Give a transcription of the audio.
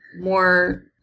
more